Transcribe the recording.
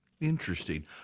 Interesting